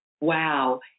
wow